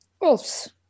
Wolves